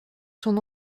son